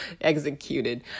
executed